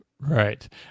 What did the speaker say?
Right